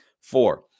Four